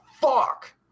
fuck